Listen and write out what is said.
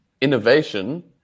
innovation